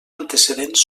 antecedents